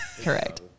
correct